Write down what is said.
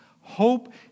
Hope